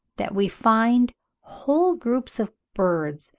that we find whole groups of birds,